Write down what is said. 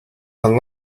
the